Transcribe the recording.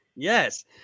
Yes